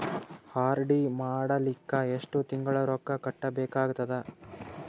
RD ಮಾಡಲಿಕ್ಕ ಎಷ್ಟು ತಿಂಗಳ ರೊಕ್ಕ ಕಟ್ಟಬೇಕಾಗತದ?